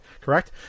Correct